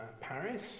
Paris